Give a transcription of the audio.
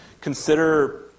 consider